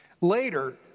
Later